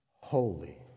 holy